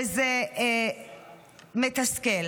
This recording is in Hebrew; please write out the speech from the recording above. וזה מתסכל.